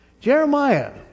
Jeremiah